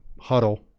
huddle